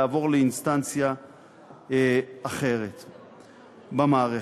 לעבור לאינסטנציה אחרת במערכת.